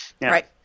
Right